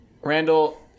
Randall